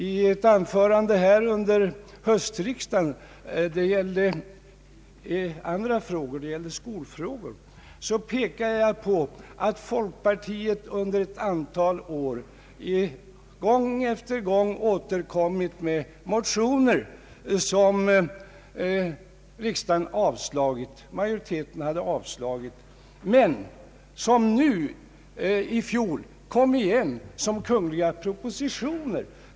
I ett anförande under höstriksdagen, som gällde andra frågor — skolfrågor — pekade jag på att folkpartiet under ett antal år gång på gång återkommit med motioner, som riksdagen avslagit, men som nu — i fjol — kom igen som kungliga propositioner.